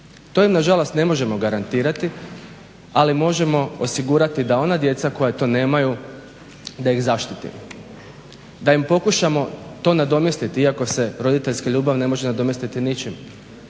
To im nažalost ne možemo garantirati, ali možemo osigurati da ona djeca koja to nemaju da ih zaštitimo, da im pokušamo to nadomjestiti iako se roditeljska ljubav ne može nadomjestiti ničim,